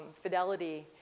fidelity